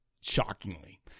Shockingly